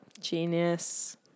Genius